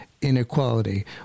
inequality